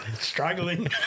Struggling